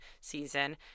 season